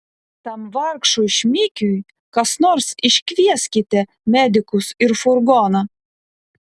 tam vargšui šmikiui kas nors iškvieskite medikus ir furgoną